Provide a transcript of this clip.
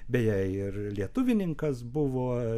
beje ir lietuvininkas buvo